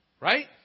Right